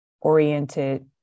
oriented